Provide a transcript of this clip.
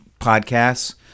podcasts